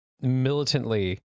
militantly